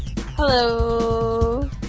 Hello